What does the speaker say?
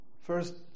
first